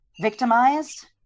victimized